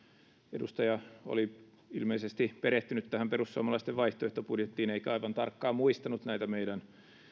edustaja oli ilmeisesti perehtynyt perussuomalaisten vaihtoehtobudjettiin eikä aivan tarkkaan muistanut näitä meidän